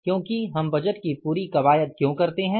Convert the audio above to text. क्योंकि हम बजट की पूरी कवायद क्यों करते हैं